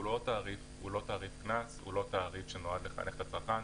לא תעריף קנס ולא תעריף שנועד לחנך את הצרכן.